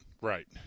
Right